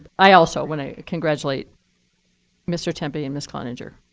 i also want to congratulate mr. temby and miss clonginger.